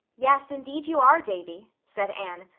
yes, indeed you are, davy, said anne,